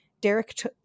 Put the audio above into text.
Derek